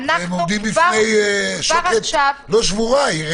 עומדים בפני שוקת ריקה.